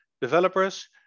developers